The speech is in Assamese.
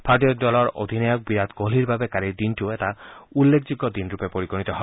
ভাৰতীয় দলৰ অধিনায়ক বিৰাট কোহলিৰ বাবে কালিৰ দিনটো এটা উল্লেখযোগ্য দিনৰূপে পৰিগণিত হয়